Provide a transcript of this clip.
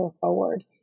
forward